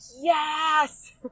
yes